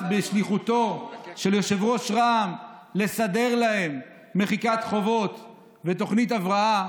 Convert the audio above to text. בשליחותו של יושב-ראש רע"מ לסדר להם מחיקת חובות ותוכנית הבראה,